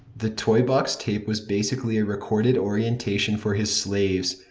the toy box tape was basically a recorded orientation for his slaves,